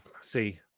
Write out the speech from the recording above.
See